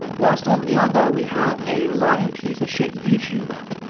whilst on the other we have a lying piece of shit youtuber.